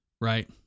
right